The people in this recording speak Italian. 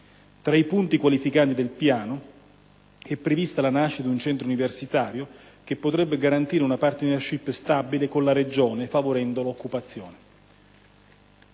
Tra i punti qualificanti del piano è prevista la nascita di un centro universitario (NMS Accademia), che potrebbe garantire una *partnership* stabile con la Regione favorendo l'occupazione.